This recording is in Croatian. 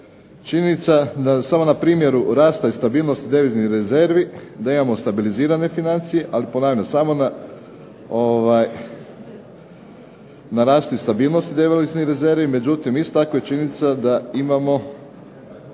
činjenica da samo na primjeru rasta i stabilnosti deviznih rezervi, da imamo stabilizirane financije, ali ponavljam samo na rastu i stabilnosti deviznih rezervi. Međutim, isto tako je činjenica da imamo